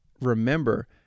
remember